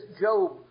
Job